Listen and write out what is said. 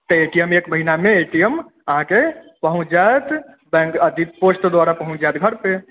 तऽ A T M एक महिना मे ए टी एम अहाँके पहुँच जायत बैंक अथी पोस्ट द्वारा पहुँच जायत घर पे